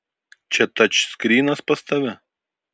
čia tačskrynas pas tave